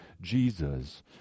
Jesus